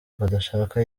badashaka